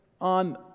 on